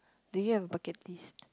do you have a bucket list